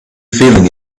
feeling